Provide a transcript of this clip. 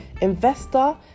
investor